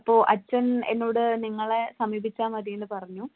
അപ്പോൾ അച്ഛൻ എന്നോട് നിങ്ങളെ സമീപിച്ചാൽ മതിയെന്ന് പറഞ്ഞു